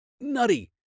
Nutty